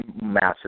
massive